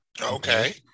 Okay